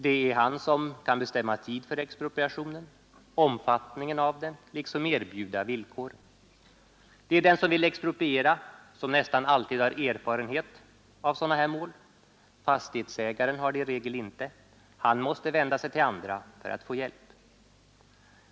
Det är han som kan bestämma tid för expropriationen, omfattningen av den ävensom erbjuda villkoren. Det är den som vill expropriera som nästan alltid har erfarenhet av sådana här mål. Fastighetsägaren har det i regel inte. Han måste vända sig till andra för att få hjälp.